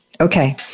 Okay